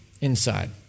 inside